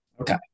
Okay